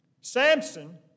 Samson